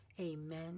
amen